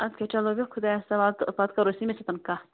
اَدٕ کے چَلو بیہ خۄدایس حَوال تہٕ پتہٕ کَرو أسۍ ییٚمِس سۭتۍ کَتھ